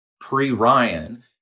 pre-Ryan